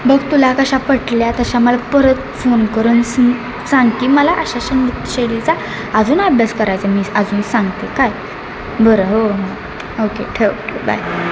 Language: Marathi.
बघ तुला कशा पटल्या तशा मला परत फोन करून सांग सांग की मला अशा अशा नृत्य शैलीचा अजून अभ्यास करायचा आहे मी अजून सांगते काय बरं हो हो ओके ठेव ठेव बाय